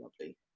lovely